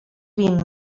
vint